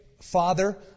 Father